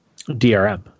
DRM